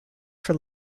for